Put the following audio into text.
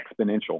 exponential